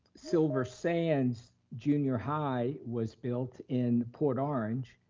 silver sands junior high was built in port orange,